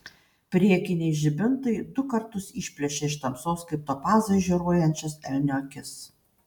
priekiniai žibintai du kartus išplėšė iš tamsos kaip topazai žioruojančias elnio akis